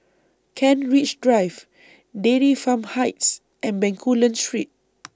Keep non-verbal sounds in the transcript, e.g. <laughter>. Kent Ridge Drive Dairy Farm Heights and Bencoolen Street <noise>